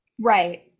right